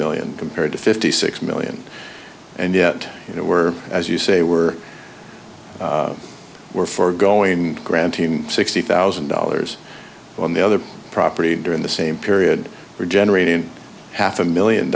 million compared to fifty six million and yet you know we're as you say we're we're foregoing grand teton sixty thousand dollars on the other property during the same period we're generating half a million